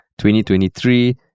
2023